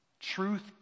Truth